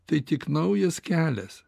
tai tik naujas kelias